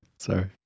Sorry